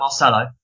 Marcelo